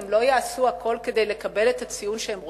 הם לא יעשו הכול כדי לקבל את הציון שהם רוצים?